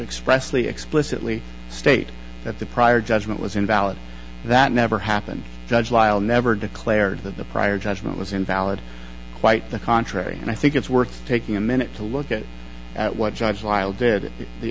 express the explicitly state that the prior judgment was invalid that never happened judge lyle never declared that the prior judgment was invalid quite the contrary and i think it's worth taking a minute to look at at what judge lyle did the